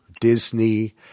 Disney